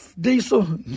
diesel